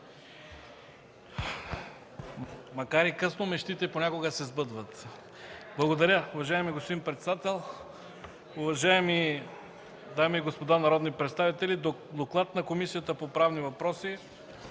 Макар и късно, мечтите понякога се сбъдват. (Шум и реплики.) Благодаря, уважаеми господин председател. Уважаеми дами и господа народни представители! „Доклад на Комисията по правни въпроси